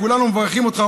כולנו מברכים אותך,